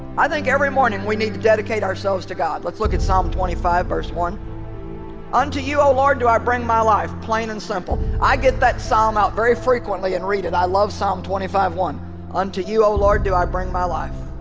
i think every morning we need to dedicate ourselves to god. let's look at psalm twenty five verse one unto you o lord, do i bring my life plain and simple i get that psalm out very frequently and reading i love psalm twenty five one unto you o lord. do i bring my life